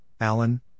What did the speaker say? Alan